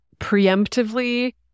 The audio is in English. preemptively